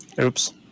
Oops